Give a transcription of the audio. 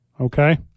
Okay